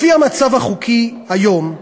לפי המצב החוקי היום,